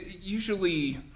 Usually